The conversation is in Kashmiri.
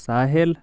ساحِل